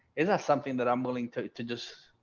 it's not something that i'm willing to to just